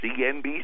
CNBC